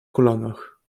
kolanach